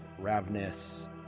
Ravnus